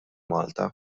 malta